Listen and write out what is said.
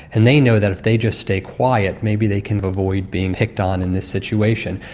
and they know that if they just stay quiet, maybe they can avoid being picked on in this situation.